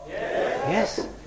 Yes